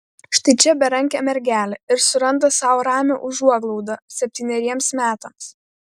štai čia berankė mergelė ir suranda sau ramią užuoglaudą septyneriems metams